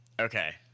okay